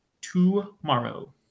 tomorrow